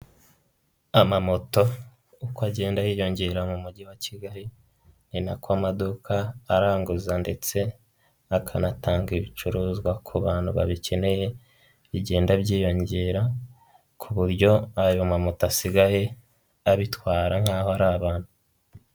Amamoto uko agenda yiyongera mu mujyi wa Kigali, ni nako amaduka aranguza ndetse akanatanga ibicuruzwa ku bantu babikeneye, bigenda byiyongera ku buryo ayo mamuto asigaye abitwara nk'aho ari abantu.